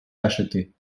acheté